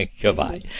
Goodbye